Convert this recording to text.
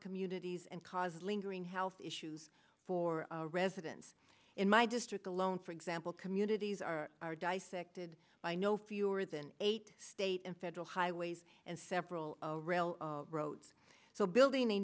communities and caused lingering health issues for residents in my district alone for example communities are are dissected by no fewer than eight state and federal highways and several a rail roads so building a